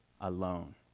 alone